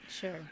Sure